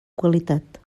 qualitat